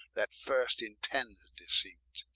that first intends deceit